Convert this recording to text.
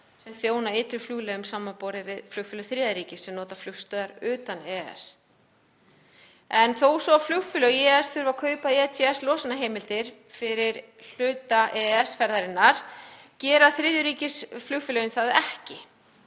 sem þjóna ytri flugleiðum samanborið við flugfélög þriðja ríkis sem nota flugstöðvar utan EES, en þó svo að flugfélög EES þurfi að kaupa ETS-losunarheimildir fyrir hluta EES-ferðarinnar gera þriðja ríkis flugfélögin það ekki.